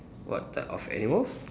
what type of animals